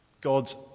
God's